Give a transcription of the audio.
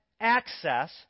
access